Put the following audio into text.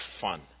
fun